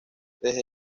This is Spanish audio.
desde